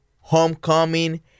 homecoming